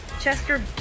Chester